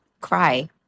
cry